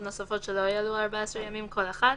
נוספות שלא יעלו על 14 ימים כל אחת,